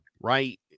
Right